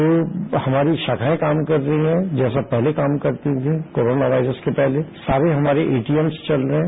तो हमारी शाखायें काम कर रही हैं जैसे पहले काम करती थीं कोरोना वायरस से पहले सारे हमारे एटीम्स चल रहे हैं